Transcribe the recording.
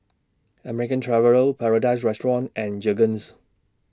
American Traveller Paradise Restaurant and Jergens